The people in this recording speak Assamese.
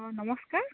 অঁ নমস্কাৰ